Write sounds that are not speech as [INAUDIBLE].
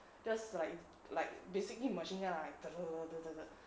just like like basically machine gun lah like [NOISE]